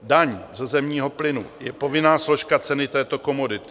Daň ze zemního plynu je povinná složka ceny této komodity.